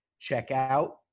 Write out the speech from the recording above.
checkout